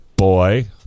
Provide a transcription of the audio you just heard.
boy